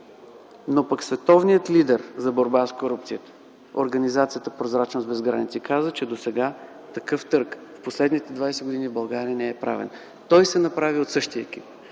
Но световният лидер за борба с корупцията - организацията „Прозрачност без граници”, каза, че досега такъв търг през последните 20 години в България не е правен. Той бе направен от същия екип.